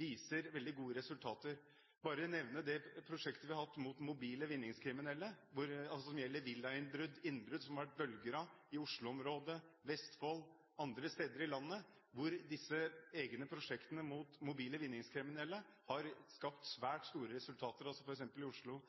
viser veldig gode resultater. Jeg vil bare nevne det prosjektet vi har hatt mot mobile vinningskriminelle, som gjelder villainnbrudd, som det har vært bølger av i Oslo-området, i Vestfold og andre steder i landet. Disse egne prosjektene mot mobile vinningskriminelle har skapt svært gode resultater – f.eks. i Oslo